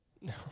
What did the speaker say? No